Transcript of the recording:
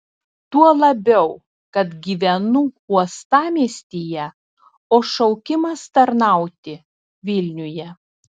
tuo labiau kad gyvenu uostamiestyje o šaukimas tarnauti vilniuje